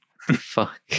Fuck